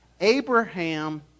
Abraham